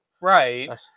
Right